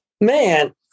Man